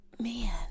Man